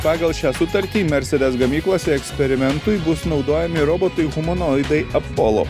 pagal šią sutartį mercedes gamyklose eksperimentui bus naudojami robotai humanoidai apollo